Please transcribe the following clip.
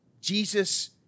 Jesus